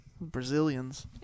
Brazilians